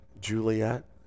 Juliet